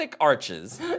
arches